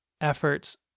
efforts